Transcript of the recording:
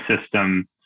system